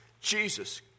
Jesus